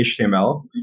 HTML